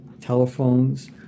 telephones